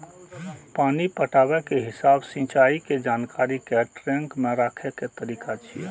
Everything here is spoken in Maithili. पानि पटाबै के हिसाब सिंचाइ के जानकारी कें ट्रैक मे राखै के तरीका छियै